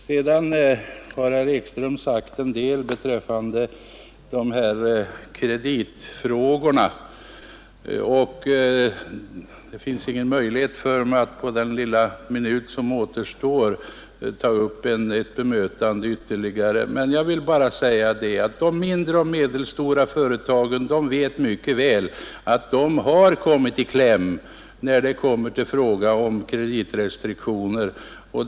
Herr Ekström har sagt en del beträffande kreditfrågorna, men det finns ingen möjlighet för mig att på den korta minut som återstår ta upp ett ytterligare bemötande. Jag vill bara säga att de mindre och medelstora företagen mycket väl vet att de har kommit i kläm när det gäller kreditrestriktioner.